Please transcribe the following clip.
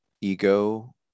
ego